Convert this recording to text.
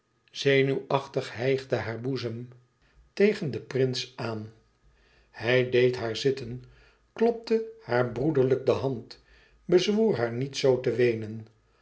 zenuwachtig hijgde haar boezem tegen den prins aan hij deed haar zitten klopte haar broederlijk de hand bezwoer haar niet zoo te weenen